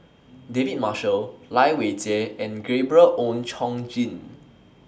David Marshall Lai Weijie and Gabriel Oon Chong Jin